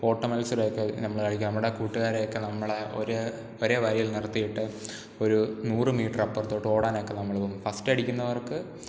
ഓട്ട മത്സരമൊക്കെ നമ്മൾ കളിക്കും നമ്മുടെ കൂട്ടുകാരെയൊക്കെ നമ്മൾ ഒരു ഒരേ വരിയിൽ നിർത്തിയിട്ട് ഒരു നൂറ് മീറ്റർ അപ്പുറത്തോട്ട് ഓടാനൊക്കെ നമ്മൾ പോം ഫസ്റ്റടിക്കുന്നവർക്ക്